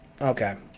Okay